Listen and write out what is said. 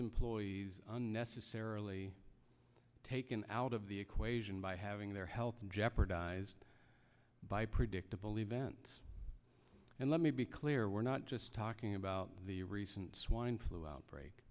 employees unnecessarily taken out of the equation by having their health and jeopardized by predictable events and let me be clear we're not just talking about the recent swine flu outbreak